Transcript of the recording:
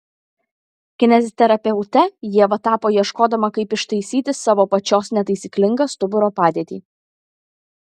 kineziterapeute ieva tapo ieškodama kaip ištaisyti savo pačios netaisyklingą stuburo padėtį